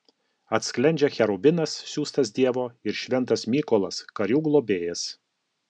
atsklendžia cherubinas siųstas dievo ir šventas mykolas karių globėjas